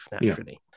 naturally